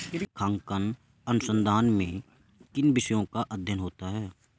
लेखांकन अनुसंधान में किन विषयों का अध्ययन होता है?